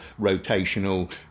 rotational